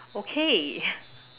okay